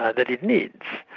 that it needs,